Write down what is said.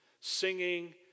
Singing